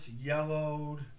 yellowed